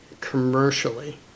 commercially